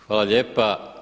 Hvala lijepa.